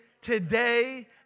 today